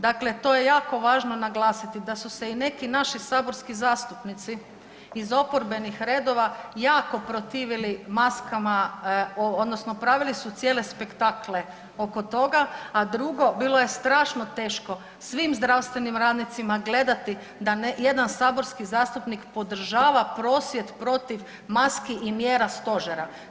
Dakle, to je jako važno naglasiti da su se i neki naši saborski zastupnici iz oporbenih redova jako protivili maskama odnosno pravili su cijele spektakle oko toga, a drugo bilo je strašno teško svim zdravstvenim radnicima gledati da jedan saborski zastupnik podržava prosvjed protiv maski i mjera stožera.